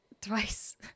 twice